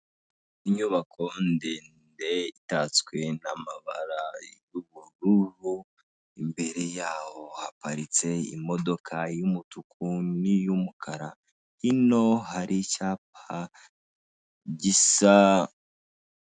Inyubako ndende itatswe n'amabara y'ubururu, imbere yaho haparitse imodoka y'umutuku n'iy'umukara. Hino hari icyapa gisa...